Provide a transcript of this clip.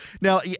Now